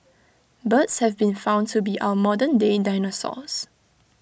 birds have been found to be our modern day dinosaurs